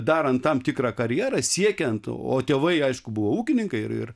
darant tam tikrą karjerą siekiant o tėvai aišku buvo ūkininkai ir ir